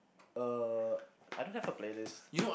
uh I don't have a playlist